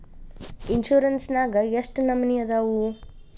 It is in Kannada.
ಇನ್ಸುರೆನ್ಸ್ ನ್ಯಾಗ ಎಷ್ಟ್ ನಮನಿ ಅದಾವು?